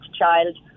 child